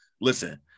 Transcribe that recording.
listen